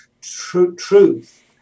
truth